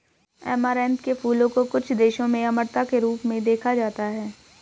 amaranth के फूलों को कुछ देशों में अमरता के रूप में देखा जाता है